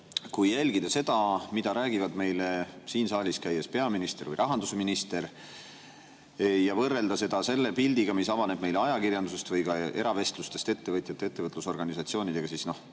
kui jälgida seda, mida räägivad meile siin saalis peaminister või rahandusminister, ja võrrelda seda selle pildiga, mis avaneb meile ajakirjandusest või ka eravestlustest ettevõtjate ja ettevõtlusorganisatsioonidega, siis